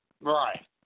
Right